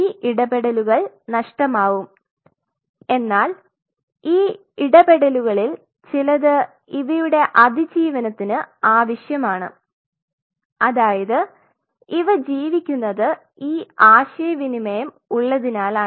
ഈ ഇടപെടലുകൾ നഷ്ടമാവും എന്നാൽ ഈ ഇടപെടലുകളിൽ ചിലത് ഇവയുടെ അതിജീവനത്തിന് ആവശ്യമാണ് അതായത് ഇവ ജീവിക്കുന്നത് ഈ ആശയവിനിമയം ഉള്ളതിനാലാണ്